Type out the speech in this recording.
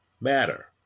matter